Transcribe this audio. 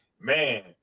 man